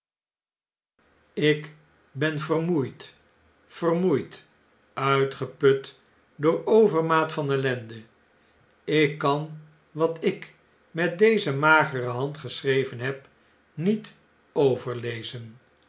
ik ben vermoeid vermoeid uitgeput door overmaat van ellende ik kan wat ik met deze magere hand geschreven heb niet overlezen